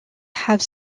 have